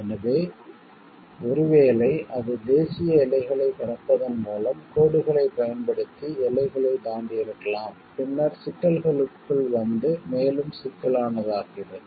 எனவே ஒருவேளை அது தேசிய எல்லைகளைக் கடப்பதன் மூலம் கோடுகளைப் பயன்படுத்தி எல்லைகளைத் தாண்டியிருக்கலாம் பின்னர் சிக்கல்களுக்குள் வந்து மேலும் சிக்கலானதாகிறது